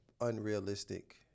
unrealistic